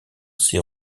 ces